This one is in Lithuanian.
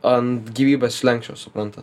ant gyvybės slenksčio suprantat